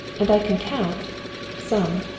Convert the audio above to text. and i can count some.